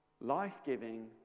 life-giving